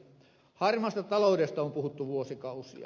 harmaasta taloudesta on puhuttu vuosikausia